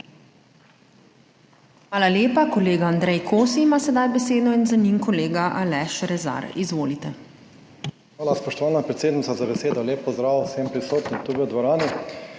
Hvala lepa. Kolega Andrej Kosi ima sedaj besedo in za njim kolega Aleš Rezar, izvolite. ANDREJ KOSI (PS SDS): Hvala spoštovana predsednica za besedo. Lep pozdrav vsem prisotnim tu v dvorani.